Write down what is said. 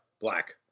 black